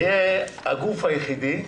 הגוף היחידי,